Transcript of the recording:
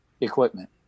equipment